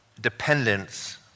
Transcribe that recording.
dependence